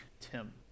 Tim